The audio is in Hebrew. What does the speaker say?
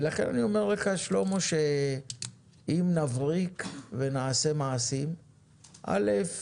לכן אני אומר לך שלמה שאם נבריק ונעשה מעשים אז דבר ראשון,